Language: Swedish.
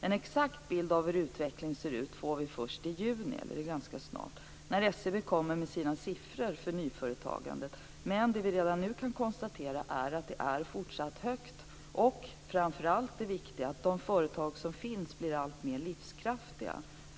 En exakt bild av hur utvecklingen ser ut får vi först i juni - det är ganska snart - då SCB kommer med sina siffror för nyföretagandet, men det vi redan nu kan konstatera är att nyföretagandet är fortsatt högt, och framför allt det viktiga faktum att de företag som finns blir alltmer livskraftiga.